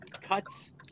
cuts